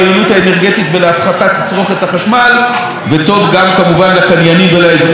וטוב כמובן גם לקניינים ולאזרחים מבחינת איכות המכשירים והורדת המחירים.